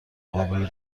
قابل